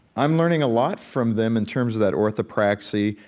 i'm learning a lot from them in terms of that orthopraxy,